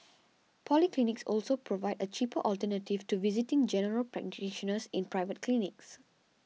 polyclinics also provide a cheap alternative to visiting General Practitioners in private clinics